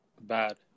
bad